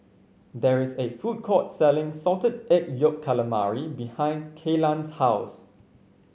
there is a food court selling Salted Egg Yolk Calamari behind Kaylan's house